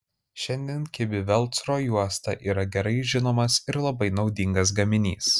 šiandien kibi velcro juosta yra gerai žinomas ir labai naudingas gaminys